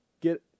get